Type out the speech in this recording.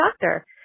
doctor